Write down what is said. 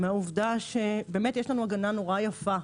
מהעובדה שבאמת יש לנו הגנה נורא יפה,